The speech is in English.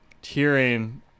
hearing